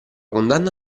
condanna